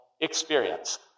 experience